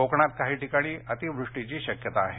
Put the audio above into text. कोकणात काही ठिकाणी अतिवृष्टीची शक्यता आहे